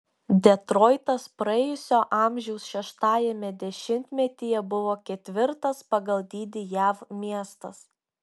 detroitas praėjusio amžiaus šeštajame dešimtmetyje buvo ketvirtas pagal dydį jav miestas